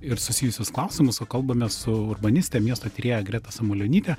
ir susijusius klausimus o kalbame su urbanistine miesto tyrėja greta samulionyte